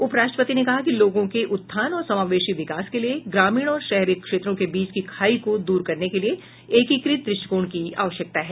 उप राष्ट्रपति ने कहा कि लोगों के उत्थान और समावेशी विकास के लिए ग्रामीण और शहरी क्षेत्रों के बीच की खाई को दूर करने के लिए एकीकृत दृष्टिकोण की आवश्यकता है